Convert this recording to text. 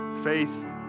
Faith